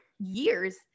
years